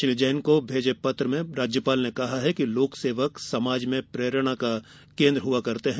श्री जैन को भेजे पत्र में राज्यपाल ने कहा कि लोक सेवक समाज में प्रेरणा के केंद्र होते हैं